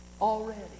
already